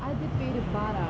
அது பேரு:athu peru baara